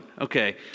okay